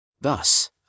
Thus